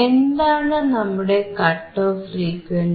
എന്താണ് നമ്മുടെ cut off frequency